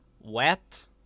Wet